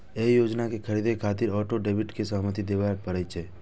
एहि योजना कें खरीदै खातिर ऑटो डेबिट के सहमति देबय पड़ै छै